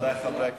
נכבדי חברי הכנסת,